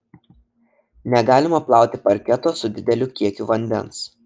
negalima plauti parketo su dideliu kiekiu vandens